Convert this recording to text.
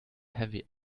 heavy